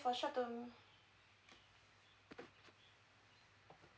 for short term